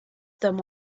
them